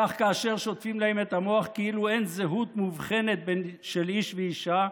כך כאשר שוטפים להם את המוח כאילו אין זהות מובחנת של איש ואישה,